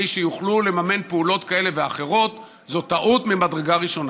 שיוכלו לממן פעולות כאלה ואחרות זו טעות ממדרגה ראשונה.